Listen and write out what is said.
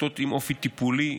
כתות עם אופי טיפולי,